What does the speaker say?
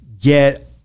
get